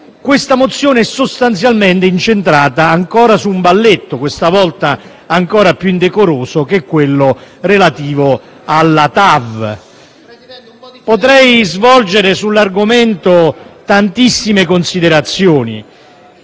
La mozione è sostanzialmente incentrata, ancora una volta, su un balletto - questa volta ancora più indecoroso - relativo alla TAV. Potrei svolgere sull'argomento tantissime considerazioni,